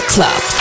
Club